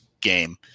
game